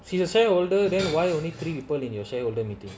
she the shareholder then why only three people in your shareholder meeting